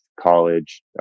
college